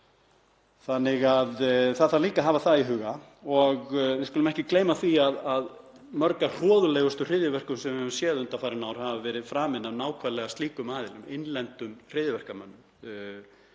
að ræða. Það þarf líka að hafa það í huga og við skulum ekki gleyma því að mörg af hroðalegustu hryðjuverkum sem við höfum séð undanfarin ár hafa verið framin af nákvæmlega slíkum aðilum, innlendum hryðjuverkamönnum.